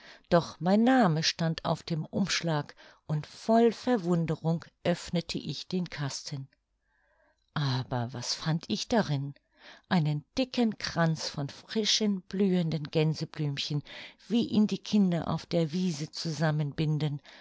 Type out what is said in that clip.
doch mein name stand auf dem umschlag und voll verwunderung öffnete ich den kasten aber was fand ich darin einen dicken kranz von frischen blühenden gänseblümchen wie ihn die kinder auf der wiese